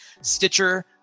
Stitcher